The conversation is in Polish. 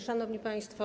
Szanowni Państwo!